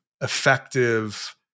effective